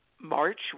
March